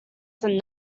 than